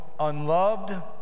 unloved